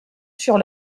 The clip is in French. sur